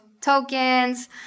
tokens